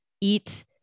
eat